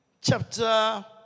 chapter